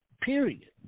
period